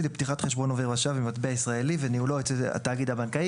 לפתיחת חשבון עובר ושב במטבע ישראלי וניהולו אצל התאגיד הבנקאי".